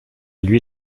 lui